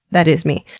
that is me.